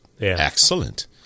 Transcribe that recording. excellent